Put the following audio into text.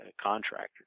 contractor